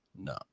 No